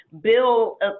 build